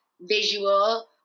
visual